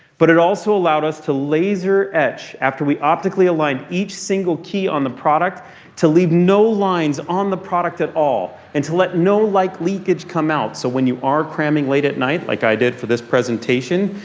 but it also allowed us to laser etch after we optically aligned each single key on the product to leave no lines on the product at all. and to let no light like leakage come out. so when you are cramming late at night like i did for this presentation,